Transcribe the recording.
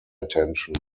attention